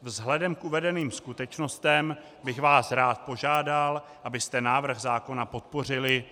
Vzhledem k uvedeným skutečnostem bych vás rád požádal, abyste návrh zákona podpořili.